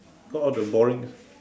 got out the boring